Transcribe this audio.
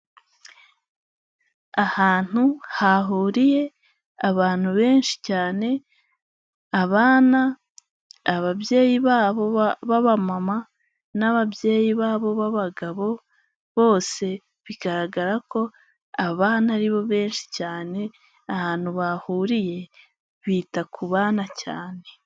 Ahantu hahuriye abantu benshi cyane abana, ababyeyi babo b'abamama n'ababyeyi babo b'abagabo bose bigaragara ko abana aribo benshi cyane, ahantu bahuriye bita ku bana cyane.